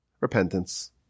repentance